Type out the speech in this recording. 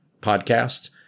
podcast